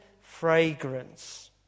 fragrance